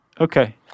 Okay